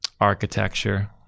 architecture